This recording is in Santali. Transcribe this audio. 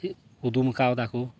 ᱠᱩᱫᱩᱢ ᱠᱟᱣᱫᱟᱠᱚ